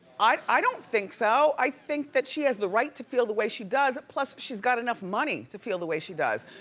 i i don't think so. i think that she has the right to feel the way she does, plus, she's got enough money to feel the way she does.